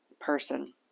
person